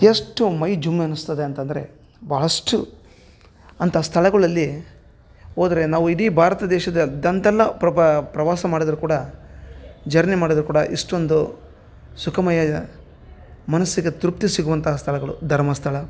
ಎಷ್ಟು ಮೈ ಜುಮ್ ಎನ್ನುಸ್ತದೆ ಅಂತಂದರೆ ಭಾಳಷ್ಟು ಅಂತ ಸ್ಥಳಗಳಲ್ಲಿ ಹೋದ್ರೆ ನಾವು ಇಡೀ ಭಾರತ ದೇಶದಾದ್ಯಂತೆಲ್ಲ ಪ್ರವಾಸ ಮಾಡಿದ್ರು ಕೂಡ ಜರ್ನಿ ಮಾಡಿದ್ದರೂ ಕೂಡ ಇಷ್ಟೊಂದು ಸುಖಮಯ ಮನಸ್ಸಿಗೆ ತೃಪ್ತಿ ಸಿಗುವಂಥ ಸ್ಥಳಗಳು ಧರ್ಮಸ್ಥಳ